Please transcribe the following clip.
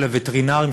של הווטרינרים,